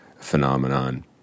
phenomenon